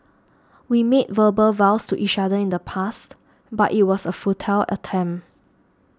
we made verbal vows to each other in the past but it was a futile attempt